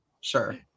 sure